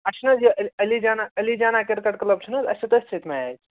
اَسہِ چھِنہٕ حظ یہِ علی جانا علی جانا کِرکٕٹ کلب چھِنہٕ حظ اَسہِ چھِ تٔتھۍ سۭتۍ میٚچ